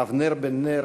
אבנר בן נר: